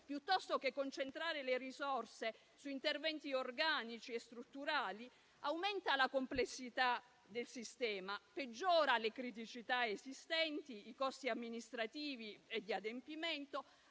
piuttosto che concentrare le risorse su interventi organici e strutturali, aumenta la complessità del sistema e peggiora le criticità esistenti, i costi amministrativi e di adempimento,